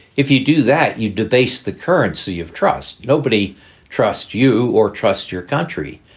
if you do that, you debase the currency of trust. nobody trust you or trust your country.